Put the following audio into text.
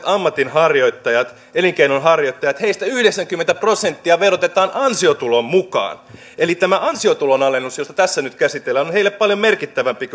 ammatinharjoittajista elinkeinonharjoittajista yhdeksänkymmentä prosenttia verotetaan ansiotulon mukaan eli tämä ansiotulon alennus jota tässä nyt käsitellään on heille paljon merkittävämpi